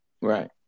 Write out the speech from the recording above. Right